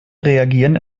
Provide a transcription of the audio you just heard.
reagieren